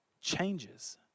changes